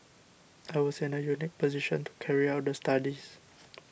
I was in a unique position to carry out the studies